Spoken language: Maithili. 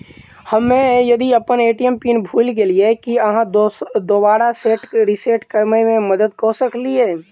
हम्मे यदि अप्पन ए.टी.एम पिन भूल गेलियै, की अहाँ दोबारा सेट रिसेट करैमे मदद करऽ सकलिये?